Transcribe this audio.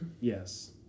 Yes